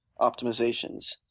optimizations